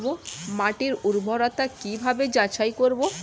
মাটির উর্বরতা কি ভাবে যাচাই করব?